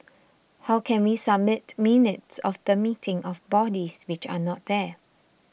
how can we submit minutes of the meeting of bodies which are not there